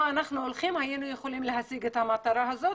אנחנו הולכים היינו יכולים להשיג את המטרה הזאת,